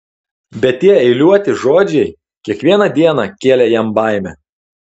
bet tie eiliuoti žodžiai kiekvieną dieną kėlė jam baimę